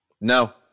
No